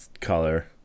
color